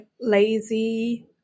lazy